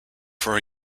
for